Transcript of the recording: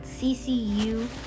CCU